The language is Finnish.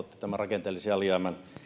tämän rakenteellisen alijäämän